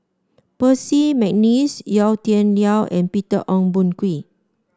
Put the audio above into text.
Percy McNeice Yau Tian Yau and Peter Ong Boon Kwee